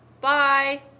Bye